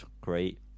great